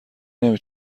نمی